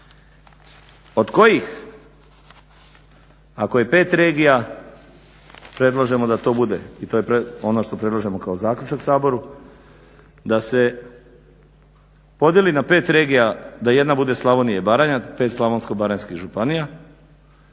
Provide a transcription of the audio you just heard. od kojih ako je 5 regija predlažemo da to bude i to je ono što predlažemo kao zaključak Saboru da se podijeli na 5 regija da jedna bude Slavonija i Baranja, 5 slavonsko-baranjskih županija